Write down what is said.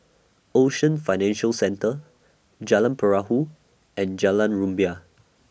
Ocean Financial Centre Jalan Perahu and Jalan Rumbia